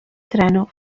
treno